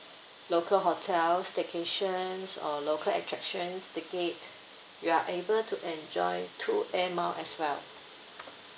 local hotel staycations or local attractions ticket you are able to enjoy two air mile as well